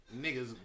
niggas